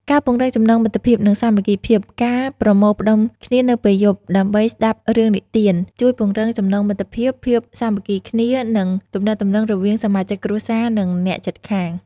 ការពង្រឹងចំណងមិត្តភាព និងសាមគ្គីភាព ការប្រមូលផ្ដុំគ្នានៅពេលយប់ ដើម្បីស្ដាប់រឿងនិទាន ជួយពង្រឹង ចំណងមិត្តភាព ភាពសាមគ្គីគ្នា និងទំនាក់ទំនងរវាងសមាជិកគ្រួសារ និងអ្នកជិតខាង ។